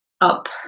up